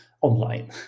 online